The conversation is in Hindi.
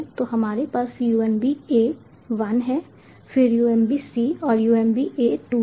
तो हमारे पास UMB A 1 है फिर UMB C और UMB A 2 है